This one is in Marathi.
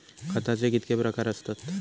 खताचे कितके प्रकार असतत?